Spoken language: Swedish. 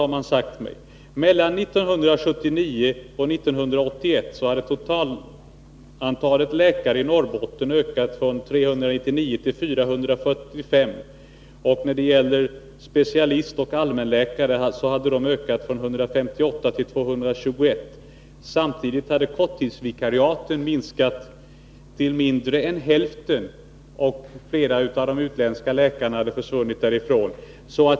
Mellan 1979 och 1981 hade det totala antalet läkare i Norrbotten ökat från 399 till 445. Antalet specialister och allmänläkare hade ökat från 158 till 221. Samtidigt hade korttidsvikariaten minskat till mindre än hälften, och flera av de utländska läkarna hade försvunnit därifrån.